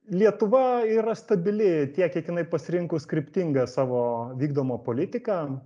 lietuva yra stabili tiek kiek jinai pasirinkus kryptingą savo vykdomą politiką